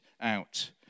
out